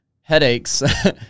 headaches